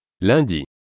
Lundi